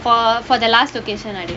for for the last location no need